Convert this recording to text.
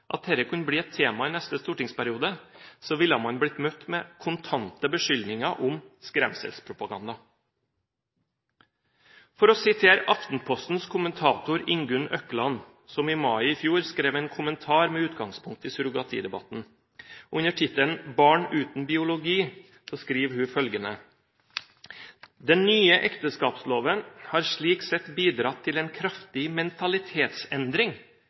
at dette kunne bli et tema i neste stortingsperiode, ville man blitt møtt med kontante beskyldninger om skremselspropaganda. La meg sitere Aftenpostens kommentator Ingunn Økland som i mai i fjor skrev en kommentar med utgangspunkt i surrogatidebatten. Under tittelen «Barn uten biologi» skriver hun følgende: «Den nye ekteskapsloven har slik sett bidratt til en kraftig mentalitetsendring